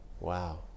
wow